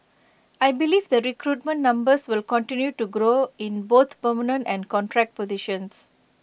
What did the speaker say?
I believe the recruitment numbers will continue to grow in both permanent and contract positions